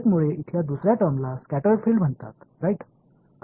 எனவே இந்த இரண்டாவது வெளிப்பாடு பொருள் காரணமாக ஸ்கடா்டு ஃபில்டு என்று அழைக்கப்படுகிறது